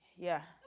yeah.